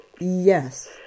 Yes